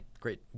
great